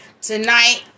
tonight